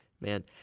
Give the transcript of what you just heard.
man